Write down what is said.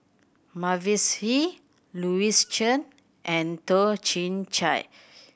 Mavis Hee Louis Chen and Toh Chin Chye